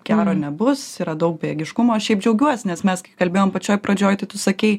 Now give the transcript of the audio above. gero nebus yra daug bejėgiškumo šiaip džiaugiuosi nes mes kai kalbėjom pačioj pradžioj tai tu sakei